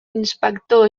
inspector